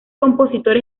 compositor